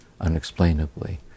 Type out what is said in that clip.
unexplainably